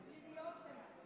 את הפניניות שלה.